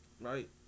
Right